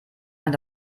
hat